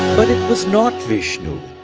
but it was not vishnu.